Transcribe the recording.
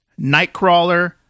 Nightcrawler